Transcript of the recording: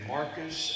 Marcus